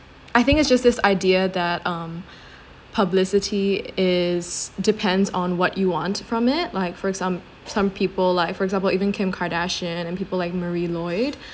I think it's just this idea that um publicity is depends on what you want from it like for examp~ some people like for example even kim kardashian and people like marie lloyd